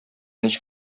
ничек